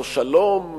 לא שלום,